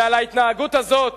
ועל ההתנהגות הזאת